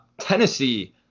Tennessee